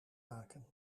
maken